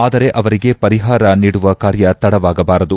ಆದರೆ ಆವರಿಗೆ ಪರಿಹಾರ ನೀಡುವ ಕಾರ್ಯ ತಡವಾಗಬಾರದು